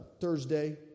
Thursday